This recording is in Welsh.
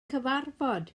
cyfarfod